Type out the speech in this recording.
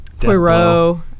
Poirot